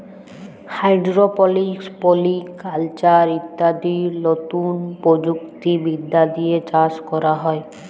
hydroponics, polyculture ইত্যাদি লতুন প্রযুক্তি বিদ্যা দিয়ে চাষ ক্যরা হ্যয়